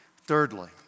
thirdly